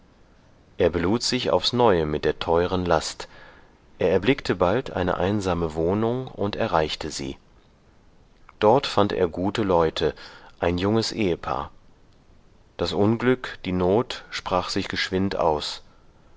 er belud sich aufs neue mit der teuren last er erblickte bald eine einsame wohnung und erreichte sie dort fand er gute leute ein junges ehepaar das unglück die not sprach sich geschwind aus